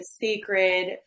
sacred